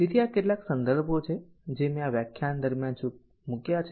તેથી આ કેટલાક સંદર્ભો છે જે મેં આ વ્યાખ્યાન દરમિયાન મૂક્યા છે